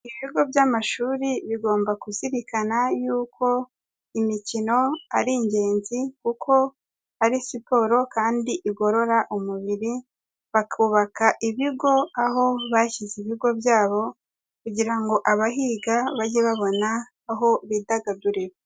Ibigo by'amashuri bigomba kuzirikana y'uko imikino ari ingenzi kuko ari siporo kandi igorora umubiri bakubaka ibigo aho bashyize ibigo byabo kugira ngo abahiga bajye babona aho bidagadurira.